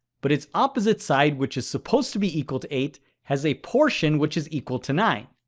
but its opposite side, which is supposed to be equal to eight, has a portion which is equal to nine.